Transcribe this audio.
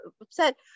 upset